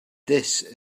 this